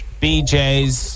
bjs